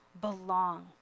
belong